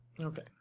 Okay